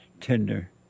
tender